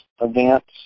events